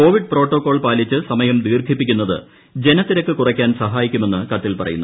Covid protocol പാലിച്ച് സമയം ദീർഘിപ്പിക്കുന്നത് ജനത്തിരക്ക് കുറയ്ക്കാൻ സഹായിക്കുമെന്ന് കത്തിൽ പറയുന്നു